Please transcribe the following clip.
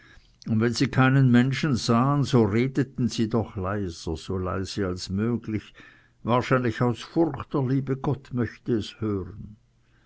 und wenn sie keinen menschen sahen so redeten sie doch leiser so leise als möglich wahrscheinlich aus furcht der liebe gott möchte es hören